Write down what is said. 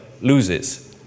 loses